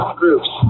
groups